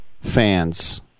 fans